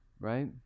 right